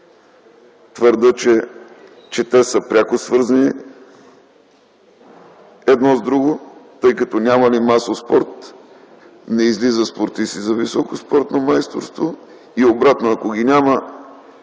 Твърдя, че те са пряко свързани едно с друго, тъй като няма ли масов спорт, не излиза спортист с високо спортно майсторство и обратно – ако ги няма